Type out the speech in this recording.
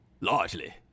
largely